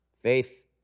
faith